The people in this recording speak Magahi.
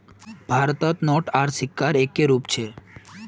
भारतत नोट आर सिक्कार एक्के रूप छेक